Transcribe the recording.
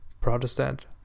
Protestant